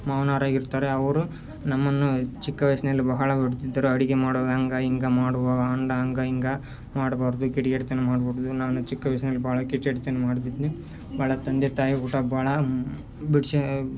ಮಾವನವರಾಗಿರ್ತಾರೆ ಅವರು ನಮ್ಮನ್ನು ಚಿಕ್ಕ ವಯಸ್ಸಿನಲ್ಲಿ ಬಹಳ ಅಡುಗೆ ಮಾಡೋ ಹಂಗ ಹಿಂಗ ಮಾಡೋ ಹಂಗ ಹಂಗ ಹಿಂಗ ಮಾಡಬಾರ್ದು ಕಿಡಿಗೇಡಿತನ ಮಾಡಬಾರ್ದು ನಾನು ಚಿಕ್ಕ ವಯಸ್ಸಿನಲ್ಲಿ ಬಹಳ ಕಿಚಡ್ತನ್ ಮಾಡ್ತಿದ್ದೆ ಭಾಳ ತಂದೆ ತಾಯಿ ಊಟ ಭಾಳ ಬಿಡಿಸಿ